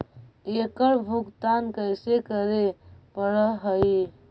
एकड़ भुगतान कैसे करे पड़हई?